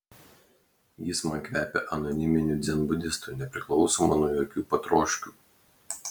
jis man kvepia anoniminiu dzenbudistu nepriklausomu nuo jokių potroškių